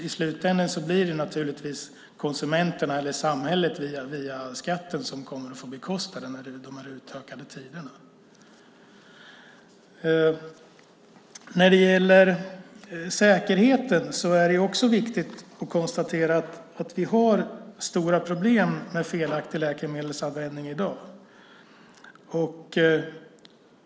I slutändan blir det naturligtvis konsumenterna eller samhället via skatten som kommer att få bekosta dessa utökade tider. När det gäller säkerheten är det också viktigt att konstatera att vi har stora problem med felaktig läkemedelsanvändning i dag.